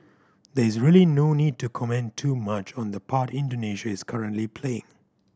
there is really no need to comment too much on the part Indonesia is currently playing